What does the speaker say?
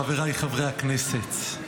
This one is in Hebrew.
חבריי חברי הכנסת,